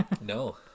no